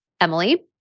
Emily